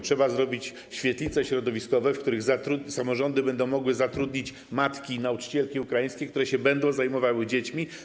Trzeba utworzyć świetlice środowiskowe, w których samorządy będą mogły zatrudnić matki, nauczycielki ukraińskie, które będą się zajmowały dziećmi.